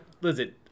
listen